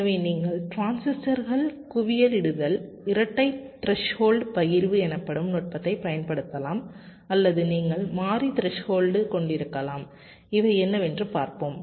எனவே நீங்கள் டிரான்சிஸ்டர்கள் குவியலிடுதல் இரட்டை த்ரெஸ்ஹோல்டு பகிர்வு எனப்படும் நுட்பத்தைப் பயன்படுத்தலாம் அல்லது நீங்கள் மாறி த்ரெஸ்ஹோல்டு கொண்டிருக்கலாம் இவை என்னவென்று பார்ப்போம்